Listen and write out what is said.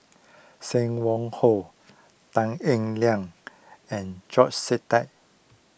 Sim Wong Hoo Tan Eng Liang and George Sita